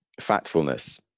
Factfulness